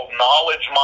knowledge